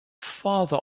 father